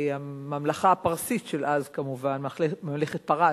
הממלכה הפרסית של אז, כמובן, ממלכת פרס,